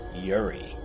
yuri